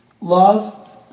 love